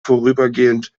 vorübergehend